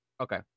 Okay